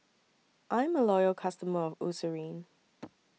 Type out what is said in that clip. I'm A Loyal customer of Eucerin